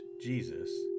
Jesus